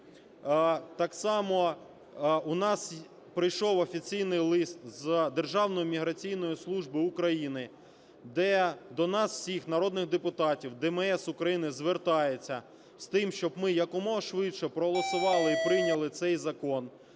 Так само у нас прийшов офіційний лист з Державної міграційної служби України, де до нас всіх, народних депутатів, ДМС України звертається з тим, щоб ми якомога швидше проголосували і прийняли цей закон.